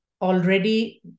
already